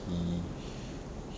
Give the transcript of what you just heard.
he